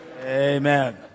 Amen